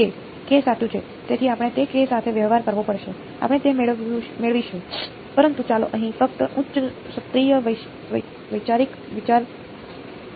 k સાચું છે તેથી આપણે તે k સાથે વ્યવહાર કરવો પડશે આપણે તે મેળવીશું પરંતુ ચાલો અહીં ફક્ત ઉચ્ચ સ્તરીય વૈચારિક વિચાર જોઈએ